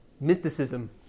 mysticism